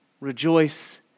rejoice